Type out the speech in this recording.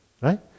right